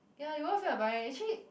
ya you won't feel like buying actually